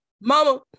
mama